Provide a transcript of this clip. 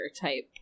type